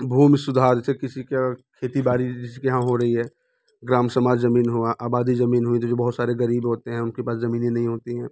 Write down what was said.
भूमि सुधार जैसे किसी का खेती बारी जिसके यहाँ हो रही है ग्राम समाज ज़मीन हुआ आबादी ज़मीन हुई तो जो बहुत सारे ग़रीब होते हैं उनके पास ज़मीनें नहीं होती हैं